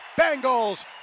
Bengals